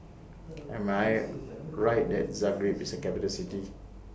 Am I Right that Zagreb IS A Capital City